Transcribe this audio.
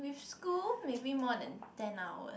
with school maybe more than ten hour